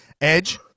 Edge